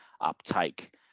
uptake